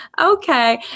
okay